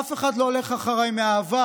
אף אחד לא הולך אחריי מאהבה,